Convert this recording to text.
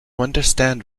understand